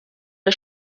der